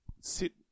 sit